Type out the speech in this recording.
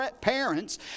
parents